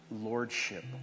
lordship